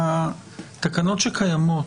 התקנות שקיימות,